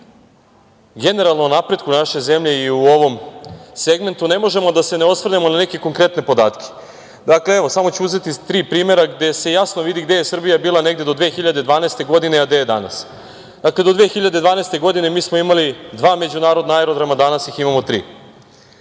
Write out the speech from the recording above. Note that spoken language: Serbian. generalno o napretku naše zemlje i u ovom segmentu, ne možemo da se ne osvrnemo na neke konkretne podatke. Dakle, evo, samo ću uzeti iz tri primera gde se jasno vidi gde je Srbija bila negde do 2012. godine, a gde je danas. Do 2012. godine mi smo imali dva međunarodna aerodroma danas ih imamo tri.